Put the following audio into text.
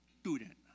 student